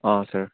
ꯑꯥ ꯁꯥꯔ